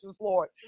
Lord